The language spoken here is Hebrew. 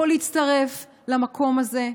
יכולים להצטרף למקום הזה.